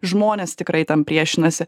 žmonės tikrai tam priešinasi